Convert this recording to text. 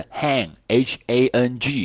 hang,h-a-n-g